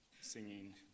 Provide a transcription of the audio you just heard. singing